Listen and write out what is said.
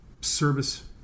service